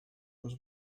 was